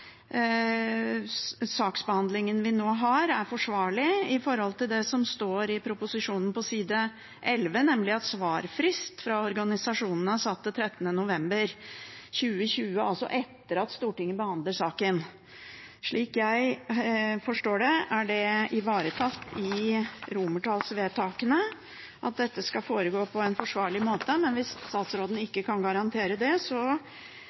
saksbehandlingen vi nå har, er forsvarlig med tanke på det som står i proposisjonen på side 11, nemlig at svarfrist fra organisasjonene er satt til 13. november 2020, altså etter at Stortinget behandler saken. Slik jeg forstår det, er det ivaretatt i romertallsvedtakene at dette skal foregå på en forsvarlig måte, men hvis statsråden ikke kan garantere det,